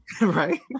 Right